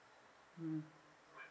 mm